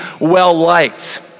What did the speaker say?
well-liked